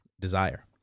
Desire